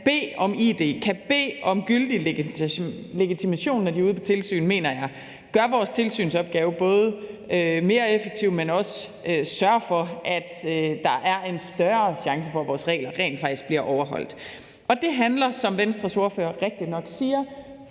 kan bede om gyldig legitimation, når de er ude på tilsyn, mener jeg både gør vores tilsynsopgave mere effektiv, men også sørger for, at der er en større chance for, at vores regler rent faktisk bliver overholdt. Det handler, som Venstres ordfører rigtigt nok siger,